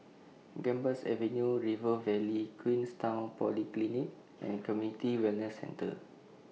Gambas Avenue River Valley Queenstown Polyclinic and Community Wellness Centre